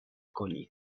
کنید